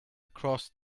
across